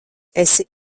esi